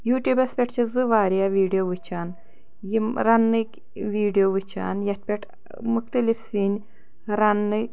U ٹیٛوٗبَس پٮ۪ٹھ چھَس بہٕ واریاہ ویٖڈیو وُچھان یِم رَنٕنٕکۍ ویٖڈیو وُچھان یَتھ پٮ۪ٹھ مُختٔلِف سِنۍ رَننٕکۍ